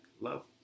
love